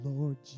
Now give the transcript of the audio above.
Lord